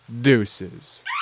Deuces